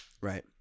right